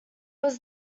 was